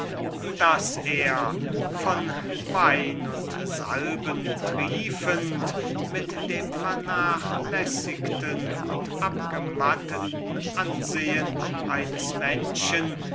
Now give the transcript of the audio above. daß er von wein und salben triefend mit dem vernachlässigten und abgematteten ansehen eines menschen